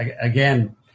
again